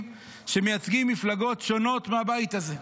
שמייצגים מפלגות שונות מהבית הזה.